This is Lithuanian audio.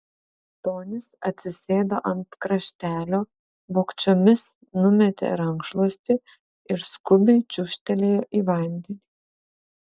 tonis atsisėdo ant kraštelio vogčiomis numetė rankšluostį ir skubiai čiūžtelėjo į vandenį